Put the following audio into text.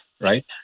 right